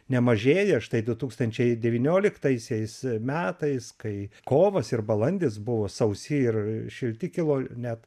nemažėja štai du tūkstančiai devynioliktaisiais metais kai kovas ir balandis buvo sausi ir šilti kilo net